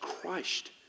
crushed